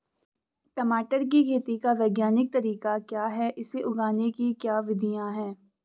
टमाटर की खेती का वैज्ञानिक तरीका क्या है इसे उगाने की क्या विधियाँ हैं?